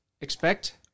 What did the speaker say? expect